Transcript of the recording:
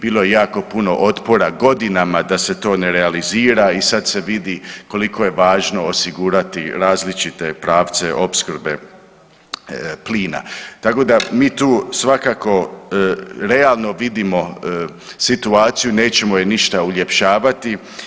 Bilo je jako puno otpora godinama da se to ne realizira i sad se vidi koliko je važno osigurati različite pravce opskrbe plina, tako da mi tu svakako realno vidimo situaciju, nećemo je ništa uljepšavati.